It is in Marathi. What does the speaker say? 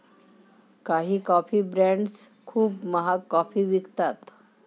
काही कॉफी ब्रँड्स खूप महाग कॉफी विकतात